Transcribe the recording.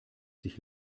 sich